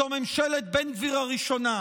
זו ממשלת בן גביר הראשונה.